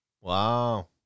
Wow